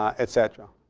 et cetera.